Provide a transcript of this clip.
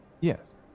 Yes